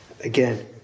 Again